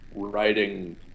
writing